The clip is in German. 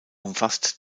umfasst